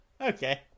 okay